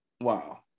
wow